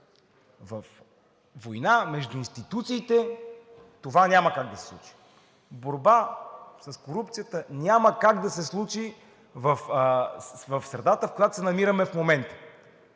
война между институциите това няма как да се случи. Борбата с корупцията няма как да се случи в средата, в която се намираме в момента